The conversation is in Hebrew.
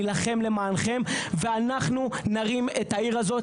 נילחם למענכם ואנחנו נרים את העיר הזאת,